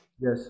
Yes